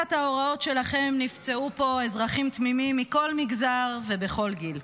תחת ההוראות שלכם נפצעו פה אזרחים תמימים מכל מגזר ובכל גיל.